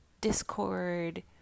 discord